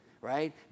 right